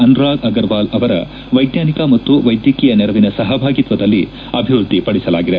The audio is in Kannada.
ಅನುರಾಗ್ ಅಗರ್ ವಾಲ್ ಅವರ ವೈಜ್ವಾನಿಕ ಮತ್ತು ವೈದ್ಯಕೀಯ ನೆರವಿನ ಸಹಭಾಗಿತ್ವದಲ್ಲಿ ಅಭಿವೃದ್ದಿಪಡಿಸಲಾಗಿದೆ